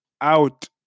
out